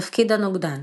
תפקיד הנוגדן